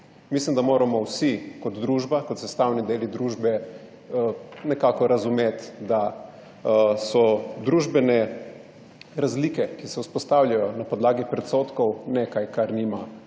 Mislim, da moramo vsi kot družba, kot sestavni deli družbe nekako razumeti, da so družbene razlike, ki se vzpostavljajo na podlagi predsodkov, nekaj, kar nima